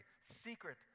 secret